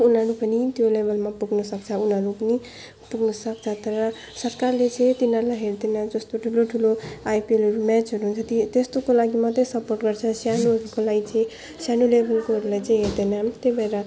उनीहरू पनि त्यो लेभेलमा पुग्न सक्छ उनीहरू नि पुग्न सक्छ तर सरकारले तिनाहरलाई हेर्दैन जस्तो ठुलो ठुलो आइपिएलहरू म्याचहरू हुन्छ ती त्यस्तोको लागि मात्रै सपोर्ट गर्छ सानोहरूको लागि चाहिँ सानो लेभलकोलाई चाहिँ हेर्दैन त्यही भएर